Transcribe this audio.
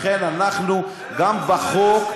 לכן אנחנו גם בחוק,